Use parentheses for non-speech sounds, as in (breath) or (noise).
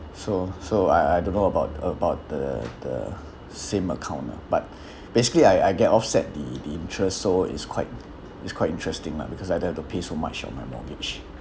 so so I I don't know about about the the same account lah but (breath) basically I I'll get offset the the interest so it's quite it's quite interesting lah because I don't have to pay so much of my mortgage